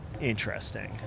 Interesting